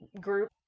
group